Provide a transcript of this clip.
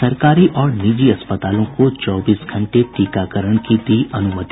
सरकारी और निजी अस्पतालों को चौबीस घंटे टीकाकरण की दी अनुमति